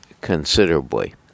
considerably